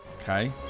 Okay